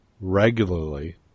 regularly